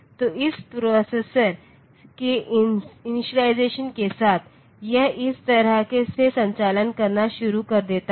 तो इस प्रोसेसर के इनिशालिजेसन के साथ यह इस तरह से संचालन करना शुरू कर देता है